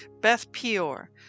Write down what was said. Beth-Peor